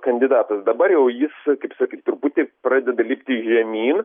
kandidatas dabar jau jis kaip sakyt truputį pradeda lipti žemyn